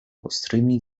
ostrymi